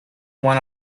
one